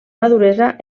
maduresa